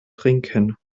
trinken